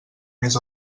més